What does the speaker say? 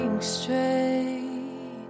Straight